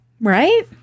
Right